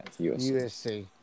USC